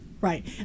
Right